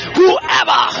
Whoever